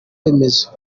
remezo